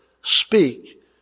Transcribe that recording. speak